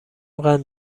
قند